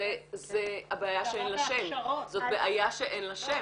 זו בעיה שאין לה שם.